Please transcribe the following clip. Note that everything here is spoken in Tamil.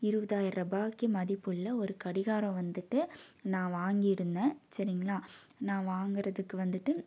இருபதாயிர ரூபாய்க்கு மதிப்புள்ள ஒரு கடிகாரம் வந்துட்டு நான் வாங்கியிருந்தேன் சரிங்களா நான் வாங்குறதுக்கு வந்துட்டு